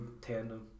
tandem